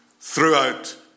throughout